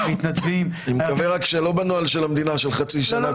מתנדבים --- אני מקווה שלא בנו על של המדינה של חצי שנה --- תראו,